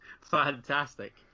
fantastic